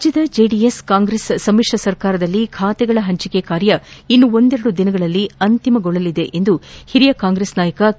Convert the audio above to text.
ರಾಜ್ಯದ ಜೆಡಿಎಸ್ ಕಾಂಗ್ರೆಸ್ ಸಮ್ಮಿಶ್ರ ಸರ್ಕಾರದಲ್ಲಿ ಖಾತೆಗಳ ಹಂಚಿಕೆ ಕಾರ್ಯ ಇನ್ನು ಒಂದೆರಡು ದಿನಗಳಲ್ಲಿ ಅಂತಿಮಗೊಳ್ಳಲಿದೆ ಎಂದು ಹಿರಿಯ ಕಾಂಗ್ರೆಸ್ ನಾಯಕ ಕೆ